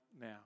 now